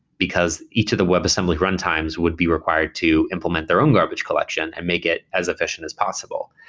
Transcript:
because each of the webassembly runtimes would be required to implement their own garbage collection and make it as efficient as possible.